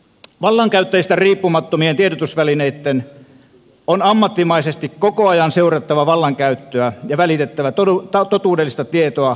vallankäyttäjistä riippumattomien tiedotusvälineitten on ammattimaisesti koko ajan seurattava vallankäyttöä ja välitettävä totuudellista tietoa kansalaisille